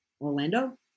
Orlando